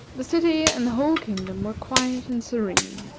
the city and the whole kingdom were quiet and serene,